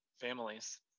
families